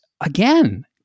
again